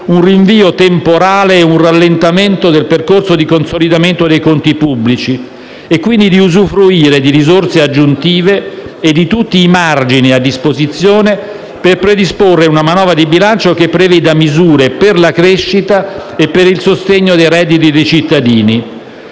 un rinvio temporale e un rallentamento del percorso di consolidamento dei conti pubblici e, quindi, di usufruire di risorse aggiuntive e di tutti i margini a disposizione per predisporre una manovra di bilancio che preveda misure per la crescita e il sostegno dei redditi dei cittadini.